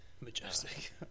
Majestic